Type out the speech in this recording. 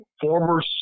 former